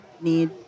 need